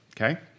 Okay